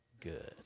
good